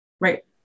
right